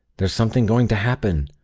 there's something going to happen